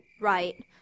Right